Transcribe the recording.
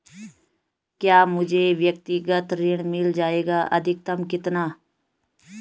क्या मुझे व्यक्तिगत ऋण मिल जायेगा अधिकतम कितना?